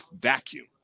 vacuum